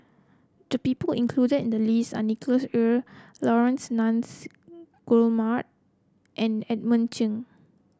the people included in the list are Nicholas Ee Laurence Nunns Guillemard and Edmund Cheng